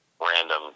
random